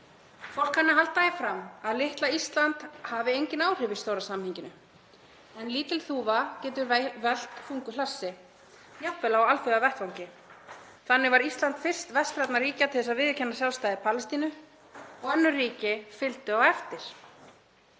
Fólk kann að halda því fram að litla Ísland hafi engin áhrif í stóra samhenginu en lítil þúfa getur velt þungu hlassi, jafnvel á alþjóðavettvangi. Þannig var Ísland fyrst vestrænna ríkja til að viðurkenna sjálfstæði Palestínu og önnur ríki fylgdu á eftir.